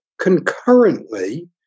concurrently